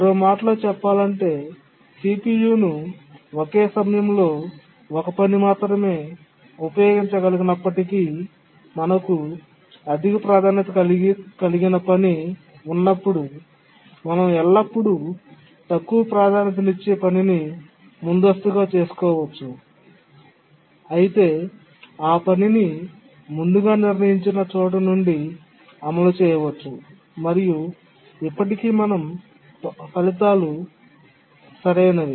మరో మాటలో చెప్పాలంటే CPU ను ఒకే సమయంలో ఒక పని మాత్రమే ఉపయోగించగలిగినప్పటికీ మనకు అధిక ప్రాధాన్యత కలిగిన పని ఉన్నప్పుడు మనం ఎల్లప్పుడూ తక్కువ ప్రాధాన్యతనిచ్చే పనిని ముందస్తుగా చేసుకోవచ్చు మరియు ఆ పనిని ముందుగా నిర్ణయించిన చోటు నుండి అమలు చేయవచ్చు మరియు ఇప్పటికీ మన ఫలితాలు సరైనవి